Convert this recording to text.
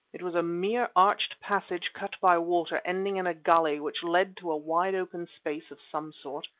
it was a mere arched passage cut by water, ending in a gulley, which led to a wide open space of some sort.